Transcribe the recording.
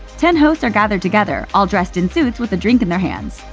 ten hosts are gathered together, all dressed in suits with a drink in their hands.